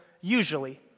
usually